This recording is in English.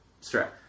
stretch